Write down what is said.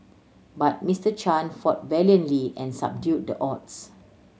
but Mister Chan fought valiantly and subdued the odds